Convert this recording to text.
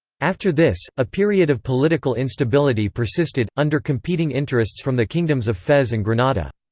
after this, a period of political instability persisted, under competing interests from the kingdoms of fez and granada.